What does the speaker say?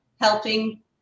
helping